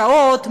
מה השעות,